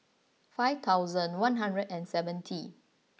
five thousand one hundred and seventy